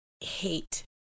hate